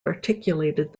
articulated